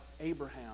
Abraham